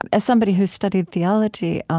and as somebody who's studied theology,